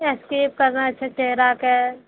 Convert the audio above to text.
escape करना छै चेहराके